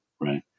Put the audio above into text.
right